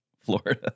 Florida